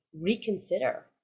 reconsider